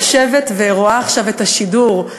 יושבת ורואה עכשיו את השידור,